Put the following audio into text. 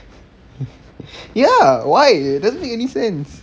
ya why it doesn't make any sense